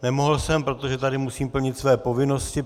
Nemohl jsem, protože tady musím plnit své povinnosti.